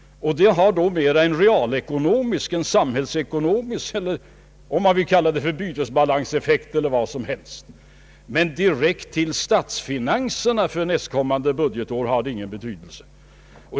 Det blir då mera en realekonomisk eller en samhällsekonomisk effekt, en bytesbalans effekt eller vad som helst, men direkt för statsfinanserna för nästkommande budgetår har det ingen betydelse.